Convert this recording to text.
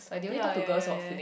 ya ya ya ya ya